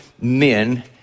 men